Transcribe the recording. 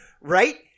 Right